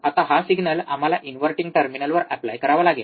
आता हा सिग्नल आम्हाला इन्व्हर्टिंग टर्मिनलवर ऎप्लाय करावा लागेल